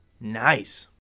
Nice